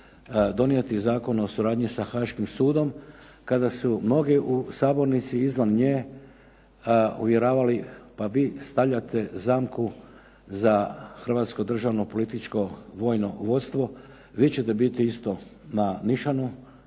donijeti Zakon o suradnji sa Haškim sudom kada su mnogi u sabornici i izvan nje uvjeravali, pa vi stavljate zamku za hrvatsko državno, političko, vojno vodstvo. Vi ćete biti isto na nišanu,